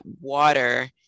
water